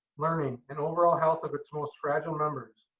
learning, and overall health of its more fragile members,